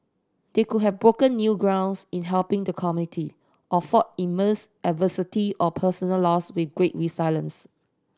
they could have broken new grounds in helping the community or fought immense adversity or personal loss with great resilience